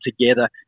together